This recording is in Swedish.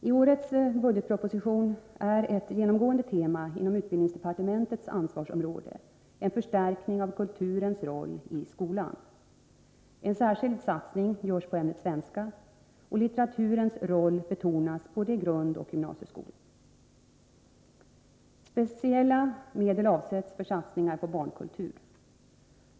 I årets budgetproposition är ett genomgående tema inom utbildningsdepartementets ansvarsområde en förstärkning av kulturens roll i skolan. En särskild satsning görs på ämnet svenska, och litteraturens roll i både grundoch gymnasieskola betonas. Speciella medel avsätts för satsningar på barnkultur.